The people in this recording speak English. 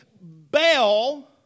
bell